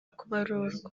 kubarurwa